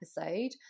episode